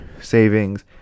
savings